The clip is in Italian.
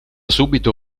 subito